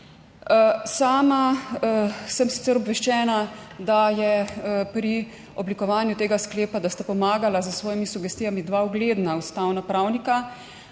Sama sem sicer obveščena, da sta pri oblikovanju tega sklepa pomagala s svojimi sugestijami dva ugledna ustavna pravnika.